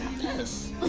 Yes